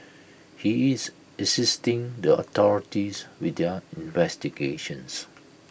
he is assisting the authorities with their investigations